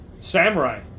Samurai